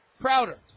Crowder